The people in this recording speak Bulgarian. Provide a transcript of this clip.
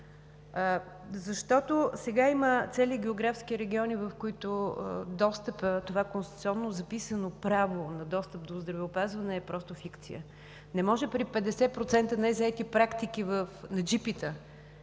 Сега има цели географски региони, в които достъпът – това конституционно записано право на достъп до здравеопазване, е просто фикция. Не може при 50% незаети практики на джипита,